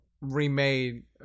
remade